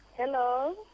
Hello